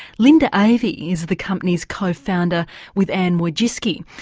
linda avey is the company's co-founder with anne wojcicki,